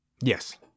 Yes